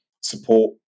support